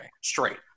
straight